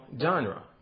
genre